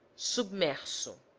submerso